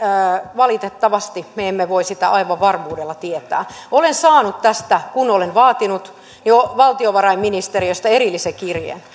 valitettavasti me emme voi sitä aivan varmuudella tietää olen saanut tästä kun olen vaatinut valtiovarainministeriöstä erillisen kirjeen